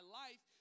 life